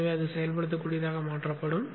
எனவே அது செயல்படுத்தக்கூடியதாக மாற்றப்படும்